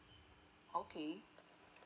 okay